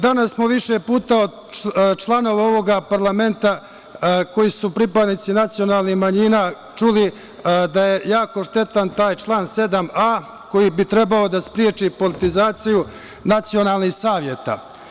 Danas smo više puta od članova ovog parlamenta koji su pripadnici nacionalnih manjina čuli da je jako štetan taj član 7a, koji bi trebao da spreči politizaciju nacionalnih saveta.